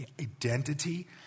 identity